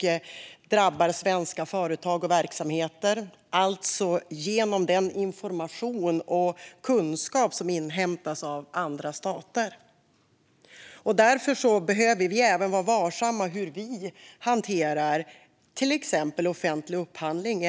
Det drabbar svenska företag och verksamheter genom att deras information och kunskap inhämtas av andra stater. Därför behöver vi vara varsamma när vi hanterar till exempel offentlig upphandling